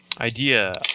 Idea